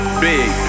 Big